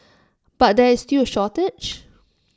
but there is still A shortage